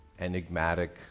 enigmatic